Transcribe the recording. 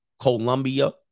Colombia